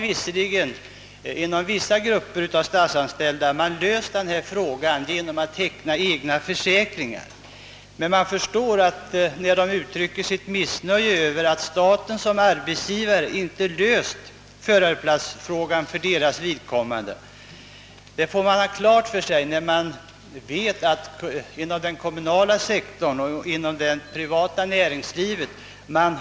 Visserligen har några grupper av statsanställda klarat detta problem genom att teckna egna försäkringar, men man förstår att de uttrycker sitt missnöje över att staten som arbetsgivare inte löst förarplatsförsäkringsfrågan för deras vidkommande, då man vet att denna trygghetsfråga är ordnad inom den kommunala sektorn och det privata näringslivet.